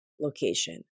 location